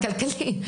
הכלכלי,